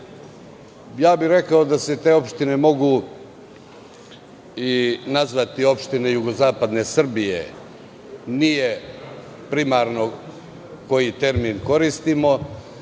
bih da se te opštine mogu i nazvati opštine Jugozapadne Srbije. Nije primarno koji termin koristimo,